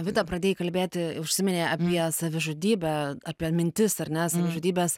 vita pradėjai kalbėti užsiminei apie savižudybę apie mintis ar ne savižudybes